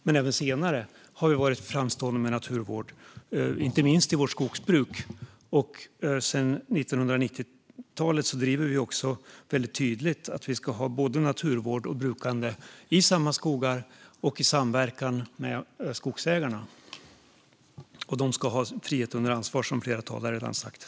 Men även senare har Sverige varit framstående i naturvård, inte minst i skogsbruket. Sedan 1990-talet drivs tydligt både naturvård och brukande i samma skogar och i samverkan med skogsägarna. De ska ha frihet under ansvar, som flera talare har sagt.